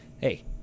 hey